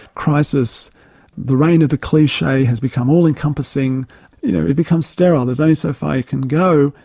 crisis the reign of the cliche has become all-encompassing, you know it becomes sterile. there's only so far you can go,